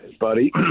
Buddy